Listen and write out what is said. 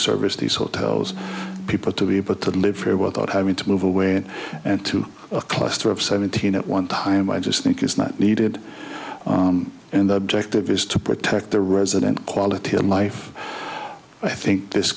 service the sort those people to be able to live here without having to move away and to a cluster of seventeen at one time i just think it's not needed and the objective is to protect the resident quality of life i think this